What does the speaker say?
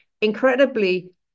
incredibly